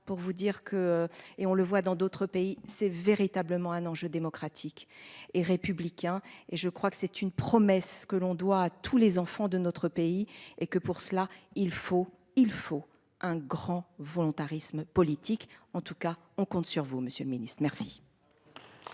pour vous dire que et on le voit dans d'autres pays, c'est véritablement un enjeu démocratique et républicain, et je crois que c'est une promesse que l'on doit tous les enfants de notre pays et que pour cela il faut il faut un grand volontarisme politique en tout cas, on compte sur vous Monsieur le Ministre, merci.